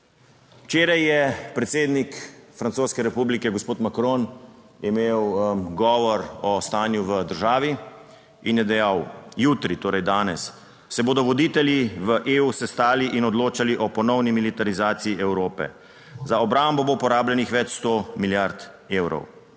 Včeraj je predsednik francoske republike gospod Macron imel govor o stanju v državi in je dejal: jutri, torej danes, se bodo voditelji v EU sestali in odločali o ponovni militarizaciji Evrope. Za obrambo bo porabljenih več sto milijard evrov.